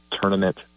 tournament